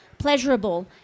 pleasurable